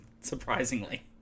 surprisingly